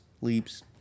leaps